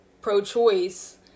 pro-choice